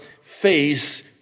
face